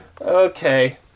Okay